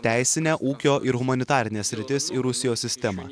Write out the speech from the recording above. teisinę ūkio ir humanitarines sritis į rusijos sistemą